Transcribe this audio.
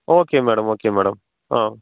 okay madam okay madam ah